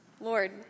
Lord